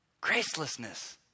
Gracelessness